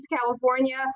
California